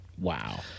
Wow